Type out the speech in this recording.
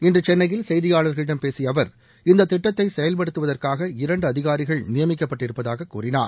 இன்று சென்னையில் செய்தியாளர்களிடம் பேசிய அவர் இந்த திட்டத்தை செயல்படுத்துவதற்காக இரண்டு அதிகாரிகள் நியமிக்கப்பட்டிருப்பதாக கூறினார்